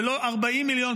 ולא 40 מיליון,